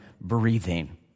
breathing